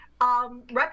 record